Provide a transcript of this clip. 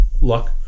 luck